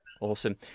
Awesome